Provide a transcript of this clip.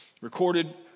recorded